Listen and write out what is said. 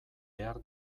behar